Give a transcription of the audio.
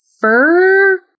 fur